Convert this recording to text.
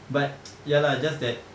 but ya lah just that